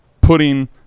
putting